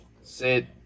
Sit